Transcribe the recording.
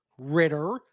Ritter